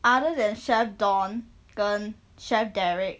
other than chef don 跟 chef derek